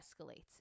escalates